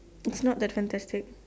it's not that fantastic